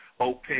okay